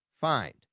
find